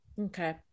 Okay